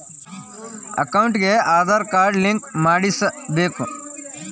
ಅಕೌಂಟಿಗೆ Aadhaar card link ಮಾಡಿಸಬೇಕು?